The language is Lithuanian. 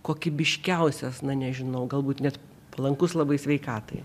kokybiškiausias na nežinau galbūt net palankus labai sveikatai